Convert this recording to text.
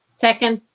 second.